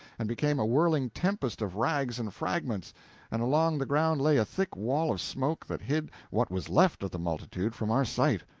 and became a whirling tempest of rags and fragments and along the ground lay a thick wall of smoke that hid what was left of the multitude from our sight.